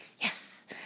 Yes